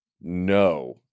No